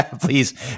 Please